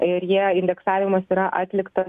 ir jie indeksavimas yra atlikta